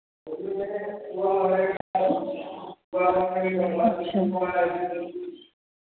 अच्छा